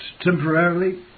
temporarily